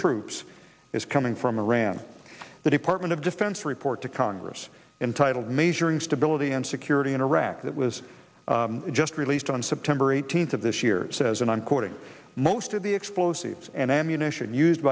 troops is coming from iran the department of defense report to congress entitled measuring stability and security in iraq that was just released on september eighteenth of this year says and i'm quoting most of the explosives and ammunition used